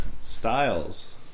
Styles